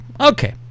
okay